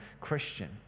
Christian